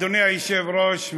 אדוני היושב-ראש,